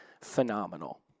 phenomenal